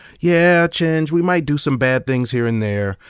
yeah, chenj, we might do some bad things here and there,